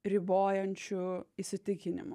ribojančių įsitikinimų